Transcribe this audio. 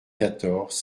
quatorze